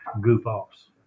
goof-offs